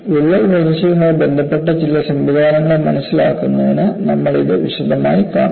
വിള്ളൽ വളർച്ചയുമായി ബന്ധപ്പെട്ട ചില സംവിധാനങ്ങളെ മനസ്സിലാക്കുന്നതിനു നമ്മൾ അത് വിശദമായി കാണും